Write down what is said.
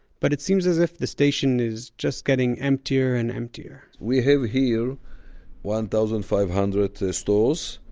but it seems as if the station is just getting emptier and emptier we have here one thousand five hundred stores,